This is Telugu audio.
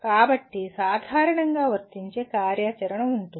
కాబట్టి సాధారణంగా వర్తించే కార్యాచరణ ఉంటుంది